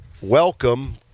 welcome